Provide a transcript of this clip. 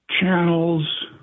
channels